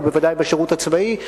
ובוודאי בשירות הצבאי.